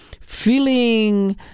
feeling